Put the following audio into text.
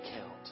count